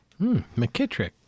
McKittrick